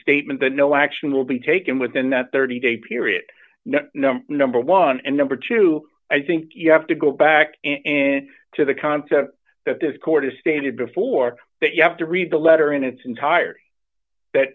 statement that no action will be taken within that thirty day period number one and number two i think you have to go back in to the concept that this court has stated before that you have to read the letter in its entirety